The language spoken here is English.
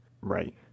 right